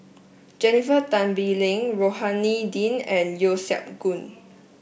Jennifer Tan Bee Leng Rohani Din and Yeo Siak Goon